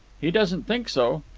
he doesn't think so.